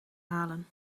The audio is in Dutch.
halen